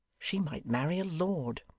she might marry a lord